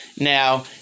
Now